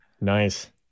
Nice